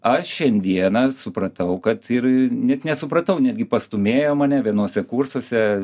aš šiandieną supratau kad ir net nesupratau netgi pastūmėjo mane vienuose kursuose